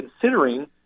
considering